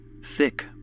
Thick